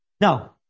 No